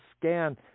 scan